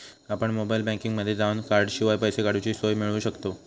आपण मोबाईल बँकिंगमध्ये जावन कॉर्डशिवाय पैसे काडूची सोय मिळवू शकतव